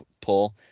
pull